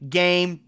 game